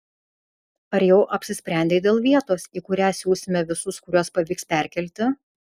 ar jau apsisprendei dėl vietos į kurią siusime visus kuriuos pavyks perkelti